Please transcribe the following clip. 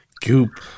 goop